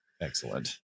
Excellent